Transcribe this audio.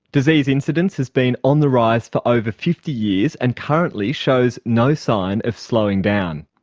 disease incidence has been on the rise for over fifty years, and currently shows no sign of slowing down.